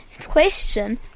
Question